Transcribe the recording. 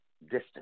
distance